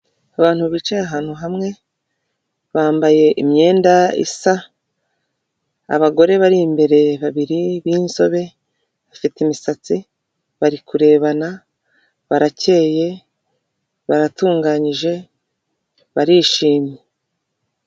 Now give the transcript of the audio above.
Abantu bicaye ahantu hamwe, bambaye imyenda isa, abagore bari imbere babiri b'inzobe bafite imisatsi, bari kurebana, barakeye, baratunganyije, barishimye.